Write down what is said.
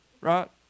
right